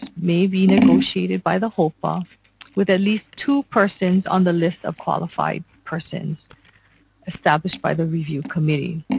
may be negotiated by the hopa with at least two persons on the list of qualified persons established by the review committee